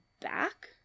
back